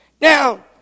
Now